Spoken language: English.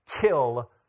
kill